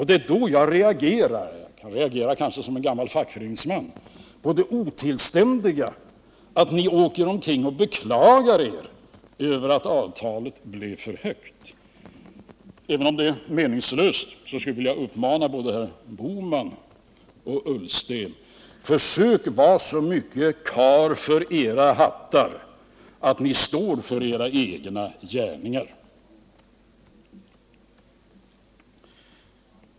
Det är därför jag reagerar — jag reagerar kanske som gammal fackföreningsman — på det otillständiga i att ni åker omkring och beklagar er över att avtalet blev för högt. Även om det är meningslöst skulle jag vilja uppmana både herr Bohman och herr Ullsten: Försök vara så mycket karlar för era hattar att ni står för era egna gärningar!